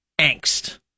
angst